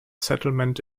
settlement